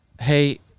hey